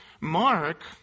Mark